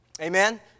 Amen